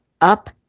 up